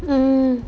mm